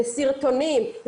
לסרטונים,